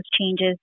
changes